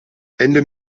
ende